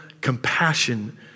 compassion